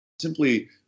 simply